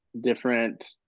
different